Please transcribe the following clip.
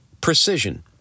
Precision